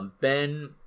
Ben